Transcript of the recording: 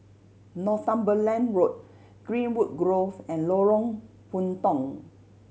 Northumberland Road Greenwood Grove and Lorong Puntong